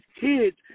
kids